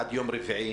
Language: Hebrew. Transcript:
עד יום רביעי,